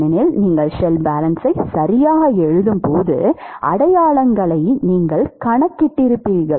ஏனெனில் நீங்கள் shell balance சரியாக எழுதும் போது அடையாளங்களை நீங்கள் கணக்கிட்டிருப்பீர்கள்